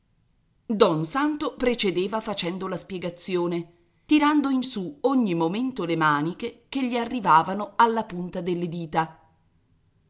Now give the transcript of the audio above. don santo precedeva facendo la spiegazione tirando in su ogni momento le maniche che gli arrivavano alla punta delle dita